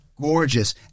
gorgeous